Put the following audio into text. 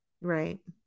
right